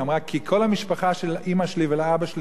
היא אמרה: כי כל המשפחה של אמא שלי ואבא שלי